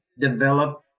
develop